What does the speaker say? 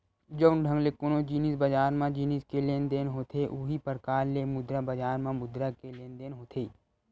जउन ढंग ले कोनो जिनिस बजार म जिनिस के लेन देन होथे उहीं परकार ले मुद्रा बजार म मुद्रा के लेन देन होथे